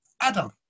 Adam